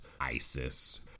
ISIS